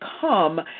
come